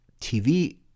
TV